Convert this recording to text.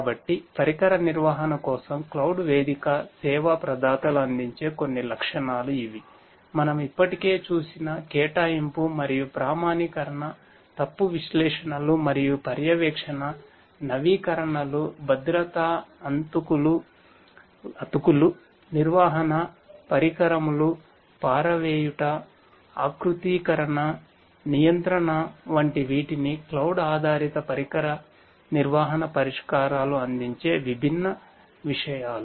కాబట్టి పరికర నిర్వహణ కోసం క్లౌడ్ ఆధారిత పరికర నిర్వహణ పరిష్కారాలు అందించే విభిన్న విషయాలు